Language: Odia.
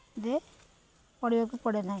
ରେ ପଡ଼ିବାକୁ ପଡ଼େ ନାହିଁ